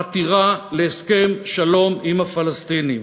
חתירה להסכם שלום עם הפלסטינים.